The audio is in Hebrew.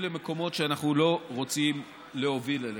למקומות שאנחנו לא רוצים להוביל אליהם.